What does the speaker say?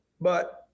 But-